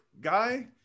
guy